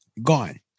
Gone